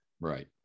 Right